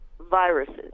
viruses